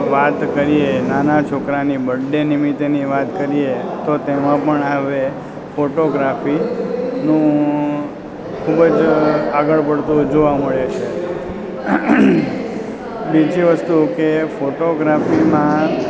વાત કરીએ નાના છોકરાની બરડે નિમિત્તેની વાત કરીએ તો તેમાં પણ હવે ફોટોગ્રાફીનું ખૂબ જ આગળ પડતું જોવા મળે છે બીજી વસ્તુ કે ફોટોગ્રાફીમાં